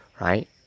right